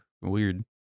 weird